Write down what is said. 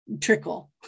trickle